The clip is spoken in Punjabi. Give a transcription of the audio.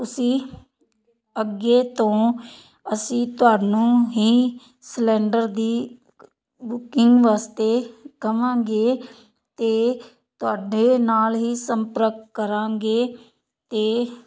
ਤੁਸੀਂ ਅੱਗੇ ਤੋਂ ਅਸੀਂ ਤੁਹਾਨੂੰ ਹੀ ਸਿਲੰਡਰ ਦੀ ਬੁਕਿੰਗ ਵਾਸਤੇ ਕਵਾਂਗੇ ਤੇ ਤੁਹਾਡੇ ਨਾਲ ਹੀ ਸੰਪਰਕ ਕਰਾਂਗੇ ਤੇ